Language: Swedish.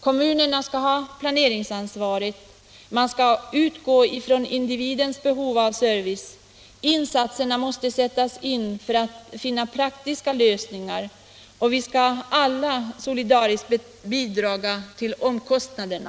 Kommunerna skall ha planeringsansvaret, man skall utgå ifrån individens behov av service, insatser måste göras för att finna praktiska lösningar, och vi skall alla solidariskt bidra till omkostnaderna.